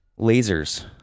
Lasers